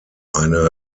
eine